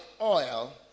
oil